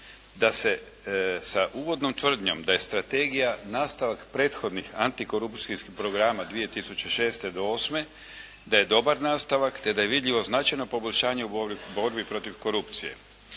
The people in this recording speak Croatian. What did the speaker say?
da se sa uvodnom tvrdnjom da je strategija nastavak prethodnih antikorupcijskih programa 2006. do 2008. da je dobar nastavak te da je vidljivo značajno poboljšanje u borbi protiv korupcije.